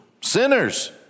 Sinners